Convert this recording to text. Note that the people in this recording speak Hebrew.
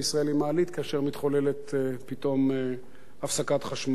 כאשר מתחוללת פתאום הפסקת חשמל.